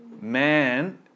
Man